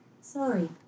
Sorry